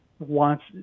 wants